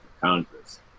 congress